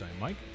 Mike